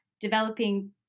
developing